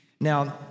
Now